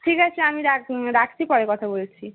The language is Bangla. ঠিক আছে আমি রাখ রাকছি পরে কথা বলছি